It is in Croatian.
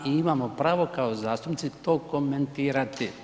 I imamo pravo kao zastupnici to komentirati.